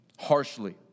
harshly